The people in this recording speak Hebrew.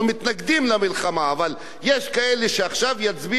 אבל יש כאלה שעכשיו יצביעו בעד המלחמה הזו.